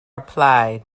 applied